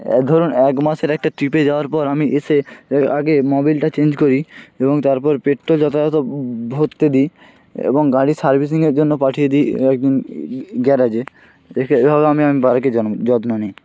এক ধরন এক মাসের একটা ট্রিপে যাওয়ার পর আমি এসে আগে মোবিলটা চেঞ্জ করি এবং তারপর পেট্রোল যথার্থ ভরতে দিই এবং গাড়ির সার্ভিসিংয়ের জন্য পাঠিয়ে দিই কয়েকদিন গ্যারাজে এইভাবে আমি আমি বাইকের যত্ন নিই